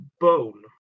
Bone